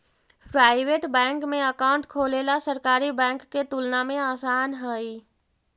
private bank में account खोलेला सरकारी बैंक के तुलना में आसान हइ